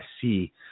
see